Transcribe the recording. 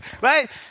Right